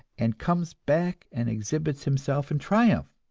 and comes back and exhibits himself in triumph